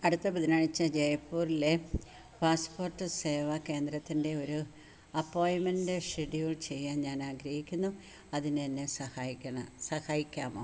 അടുത്ത ബുധനാഴ്ച്ച ജയ്പൂറിലെ പാസ്പോർട്ട് സേവാ കേന്ദ്രത്തിൻ്റെ ഒരു അപ്പോയിന്മെൻ്റ് ഷെഡ്യൂൾ ചെയ്യാൻ ഞാൻ ആഗ്രഹിക്കുന്നു അതിന് എന്നെ സഹായിക്കാമോ